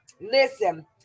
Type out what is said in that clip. listen